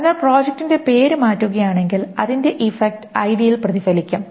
അതിനാൽ പ്രോജക്റ്റിന്റെ പേര് മാറ്റുകയാണെങ്കിൽ അതിൻറെ ഇഫക്ട് ഐഡിയിൽ പ്രതിഫലിക്കും